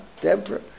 Deborah